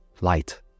light